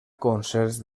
concerts